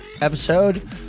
episode